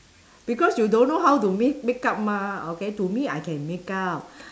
because you don't know how to make makeup mah okay to me I can makeup